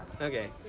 Okay